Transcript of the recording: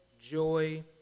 joy